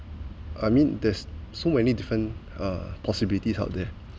I mean there's so many different uh possibilities out there